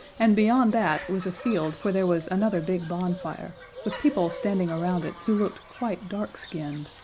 and beyond that was a field where there was another big bonfire, with people standing around it who looked quite dark-skinned.